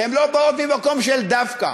והן לא באות ממקום של דווקא,